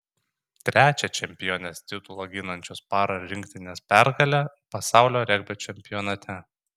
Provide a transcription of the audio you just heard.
trečia čempionės titulą ginančios par rinktinės pergalė pasaulio regbio čempionate